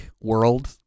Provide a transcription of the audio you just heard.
world